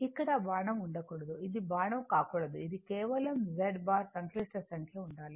ఇక్కడ బాణం ఉండకూడదు అది బాణం కాకూడదు అది కేవలం Z బార్ సంక్లిష్ట సంఖ్య ఉండాలి